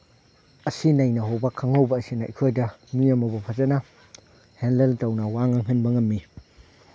ꯑꯁꯤ ꯅꯩꯅꯍꯧꯕ ꯈꯪꯍꯧꯕ ꯑꯁꯤꯅ ꯑꯩꯈꯣꯏꯗ ꯃꯤ ꯑꯃꯕꯨ ꯐꯖꯅ ꯍꯦꯟꯗꯜ ꯇꯧꯅ ꯋꯥ ꯉꯥꯡꯍꯟꯕ ꯉꯝꯃꯤ